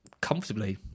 comfortably